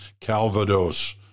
Calvados